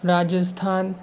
Rajasthan